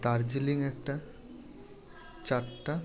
দার্জিলিং একটা চারটা